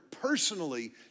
personally